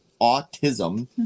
autism